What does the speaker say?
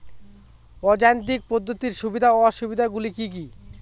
অযান্ত্রিক পদ্ধতির সুবিধা ও অসুবিধা গুলি কি কি?